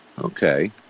Okay